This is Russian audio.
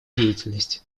деятельности